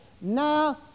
Now